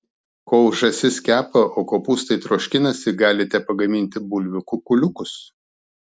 kol žąsis kepa o kopūstai troškinasi galite pagaminti bulvių kukuliukus